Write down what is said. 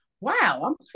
wow